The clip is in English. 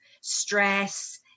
stress